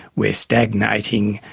we're stagnating,